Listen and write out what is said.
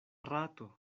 rato